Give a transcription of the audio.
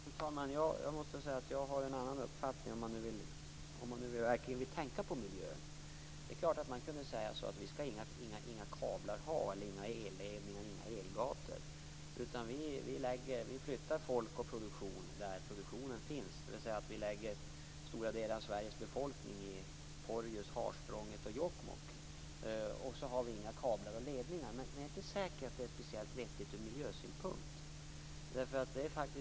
Fru talman! Jag måste säga att jag har en annan uppfattning, om man nu verkligen vill tänka på miljön. Det är klart att man kunde säga att vi inte skall ha några kablar, elledningar eller elgator utan att vi flyttar folk och produktion dit där produktionen finns. Vi skulle då kunna flytta stora delar av Sveriges befolkning till Porjus, Harsprånget och Jokkmokk och inte ha några kablar och ledningar. Jag är inte säker på att det är särskilt vettigt från miljösynpunkt.